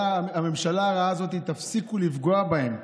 הממשלה הרעה הזאת, תפסיקו לפגוע בהם.